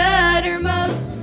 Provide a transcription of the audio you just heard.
uttermost